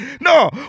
No